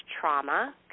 trauma